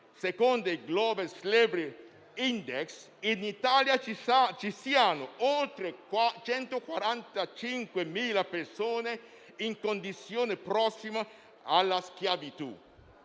secondo il *global slavery index*, in Italia ci siano oltre 145.000 persone in condizioni prossime alla schiavitù;